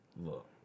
Look